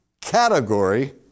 category